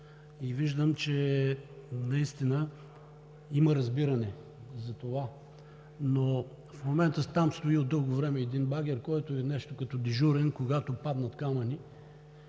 и виждам, че наистина има разбиране за това. В момента там от дълго време стои един багер, който е нещо като дежурен – когато паднат камъни